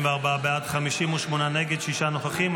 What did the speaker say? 44 בעד, 58 נגד, שישה נוכחים.